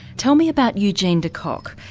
tell me about eugene de kock,